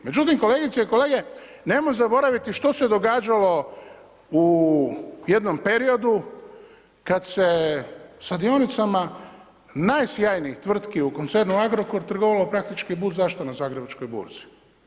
Međutim kolegice i kolege, nemojmo zaboraviti što se događalo u jednom periodu kad se sa dionicama najsjajnijih tvrtki u koncernu Agrokor trgovalo praktički … na zagrebačkoj burzi.